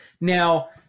Now